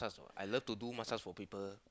I love to do massage for people